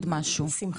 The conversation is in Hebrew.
האוכלוסין.